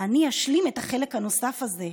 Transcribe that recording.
אני אשלים את החלק הנוסף הזה.